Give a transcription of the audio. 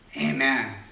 amen